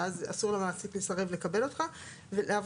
ואז אסור לו לסרב לקבל אותך לעבודה.